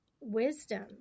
wisdom